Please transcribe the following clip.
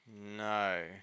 no